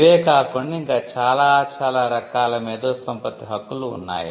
ఇవే కాకుండా ఇంకా చాలా రకాల మేధో సంపత్తి హక్కులు వున్నాయి